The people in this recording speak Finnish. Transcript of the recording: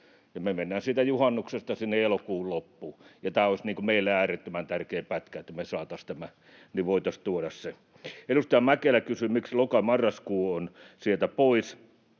me mennään siitä juhannuksesta sinne elokuun loppuun, ja tämä olisi meille äärettömän tärkeä pätkä, että me saataisiin tämä, että voitaisiin tuoda se. Edustaja Mäkelä kysyi, miksi loka—marraskuu on sieltä pois.